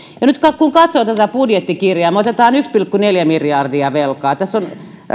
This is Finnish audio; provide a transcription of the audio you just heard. nyt kun kun katsoo tätä budjettikirjaa me otamme yksi pilkku neljä miljardia velkaa tässä on